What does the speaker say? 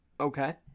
Okay